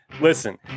Listen